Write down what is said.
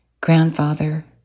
Grandfather